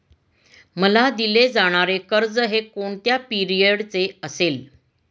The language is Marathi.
मला दिले जाणारे कर्ज हे कोणत्या पिरियडचे असेल?